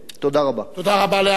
תודה רבה לאריה אלדד.